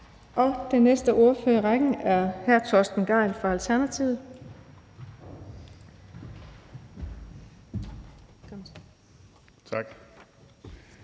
Den næste ordfører i rækken er hr. Torsten Gejl fra Alternativet. Kl.